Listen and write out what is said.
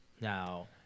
now